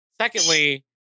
secondly